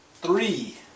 Three